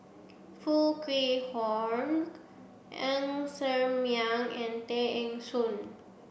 Foo Kwee Horng Ng Ser Miang and Tay Eng Soon